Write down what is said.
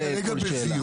אנחנו כרגע בזיהוי,